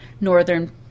northern